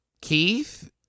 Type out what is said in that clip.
Keith